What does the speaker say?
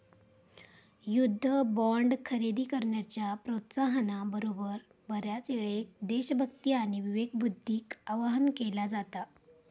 युद्ध बॉण्ड खरेदी करण्याच्या प्रोत्साहना बरोबर, बऱ्याचयेळेक देशभक्ती आणि विवेकबुद्धीक आवाहन केला जाता